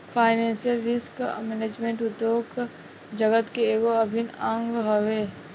financial risk management उद्योग जगत के एगो अभिन्न अंग हवे